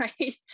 right